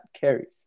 carries